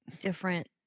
different